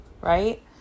Right